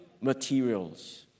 materials